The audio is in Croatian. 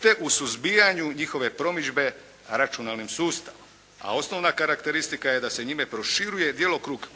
te u suzbijanju njihove promidžbe računalnim sustavom a osnovna karakteristika je da se njime proširuje djelokrug